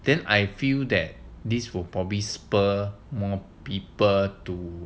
then I feel that this will probably spur more people to